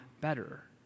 better